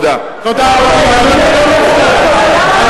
אדוני היושב-ראש, הצעה לסדר.